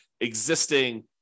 existing